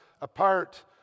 Apart